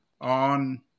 on